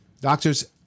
Doctors